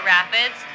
Rapids